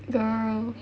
girl